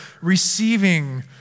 receiving